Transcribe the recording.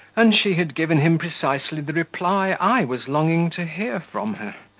and she had given him precisely the reply i was longing to hear from her,